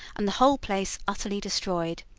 and the whole place utterly destroyed.